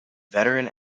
veteran